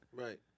Right